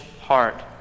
heart